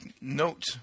note